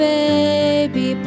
baby